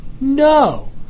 No